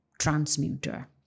transmuter